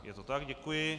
Je to tak, děkuji.